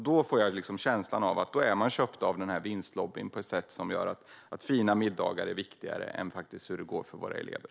Då får jag känslan av att de är köpta av vinstlobbyn på ett sätt som gör att fina middagar är viktigare än hur det går för våra elever.